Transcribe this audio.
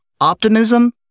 Optimism